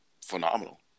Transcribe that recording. phenomenal